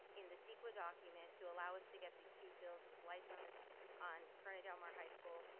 in the ceqa document to allow us to get these two fields with lights on this on corona del mar high school,